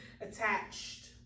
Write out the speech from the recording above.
attached